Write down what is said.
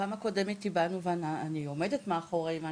בפעם הקודמת הבענו את דעתנו ואני עומדת מאחורי מה